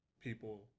people